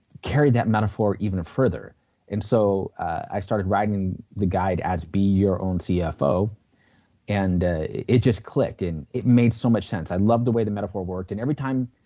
carried that metaphor even further and so i started writing the guide as be your own cfo and it just clicked. and it made so much sense i loved the way the metaphor worked and everytime.